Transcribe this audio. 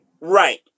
Right